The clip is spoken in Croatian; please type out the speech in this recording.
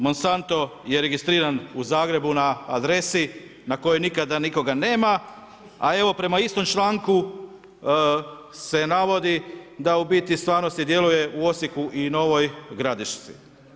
Monsanto je registriran u Zagrebu na adresi, na kojoj nikada nikoga nema, a evo, prema istom članku, se navodi, da u biti u stvarnosti djeluje u Osijeku i u Novoj Garešnici.